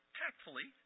tactfully